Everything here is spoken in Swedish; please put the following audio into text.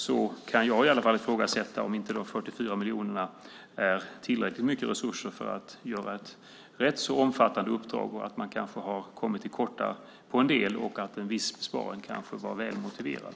Då kan i alla fall jag ifrågasätta om inte de 44 miljonerna utgör tillräckligt stora resurser för att utföra ett rätt så omfattande uppdrag. Man har kanske kommit till korta på en del områden, och en viss besparing kanske var välmotiverad.